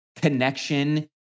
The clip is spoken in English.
Connection